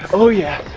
oh, yeah.